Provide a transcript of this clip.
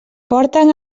porten